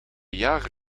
jager